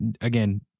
Again